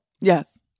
Yes